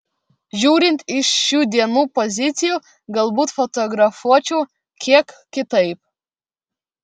žiūrint iš šių dienų pozicijų galbūt fotografuočiau kiek kitaip